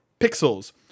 pixels